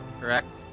correct